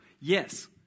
Yes